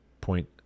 point